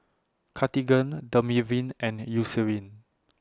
Cartigain Dermaveen and Eucerin